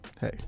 hey